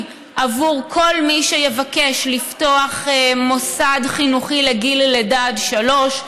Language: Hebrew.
עבור כל מי שיבקש לפתוח מוסד חינוכי לגיל לידה עד שלוש.